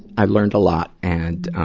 i learned a lot. and, ah,